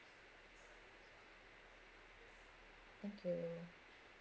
thank you